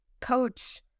coach